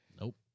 Nope